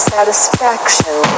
Satisfaction